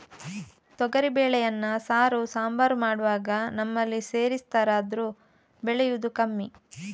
ತೊಗರಿ ಬೇಳೆಯನ್ನ ಸಾರು, ಸಾಂಬಾರು ಮಾಡುವಾಗ ನಮ್ಮಲ್ಲಿ ಸೇರಿಸ್ತಾರಾದ್ರೂ ಬೆಳೆಯುದು ಕಮ್ಮಿ